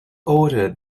ordered